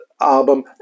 album